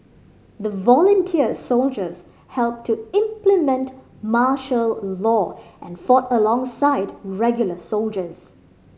the volunteer soldiers helped to implement martial law and fought alongside regular soldiers